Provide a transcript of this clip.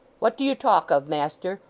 what do you talk of master?